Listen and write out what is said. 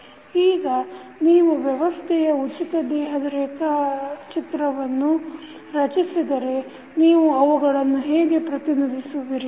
ಈಗ ನೀವು ವ್ಯವಸ್ಥೆಯ ಉಚಿತ ದೇಹ ರೇಖಾಚಿತ್ರವನ್ನು ರಚಿಸಿದರೆ ನೀವು ಅವುಗಳನ್ನು ಹೇಗೆ ಪ್ರತಿನಿಧಿಸುವಿರಿ